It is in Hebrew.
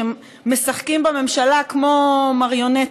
שמשחקים בממשלה כמו מריונטה,